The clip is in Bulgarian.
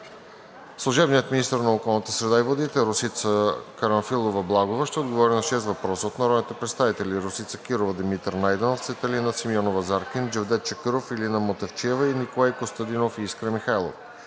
среда и водите Росица Карамфилова-Благова ще отговори на шест въпроса от народните представители Росица Кирова; Димитър Найденов; Цветелина Симеонова-Заркин; Джевдет Чакъров; Илина Мутафчиева; и Николай Костадинов и Искра Михайлова.